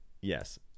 Yes